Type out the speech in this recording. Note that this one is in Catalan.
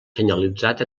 senyalitzat